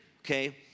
okay